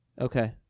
Okay